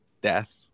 death